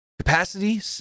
Capacity